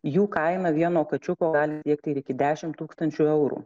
jų kaina vieno kačiuko gali siekti ir iki dešim tūkstančių eurų